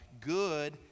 good